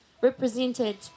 represented